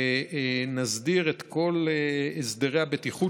נסדיר את כל הסדרי הבטיחות,